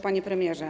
Panie Premierze!